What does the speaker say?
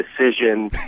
decision